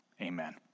Amen